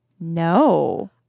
No